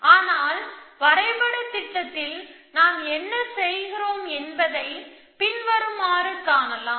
ஆனால் வரைபட திட்டத்தில் நாம் என்ன செய்கிறோம் என்பதை பின்வருமாறு காணலாம்